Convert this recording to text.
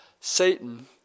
Satan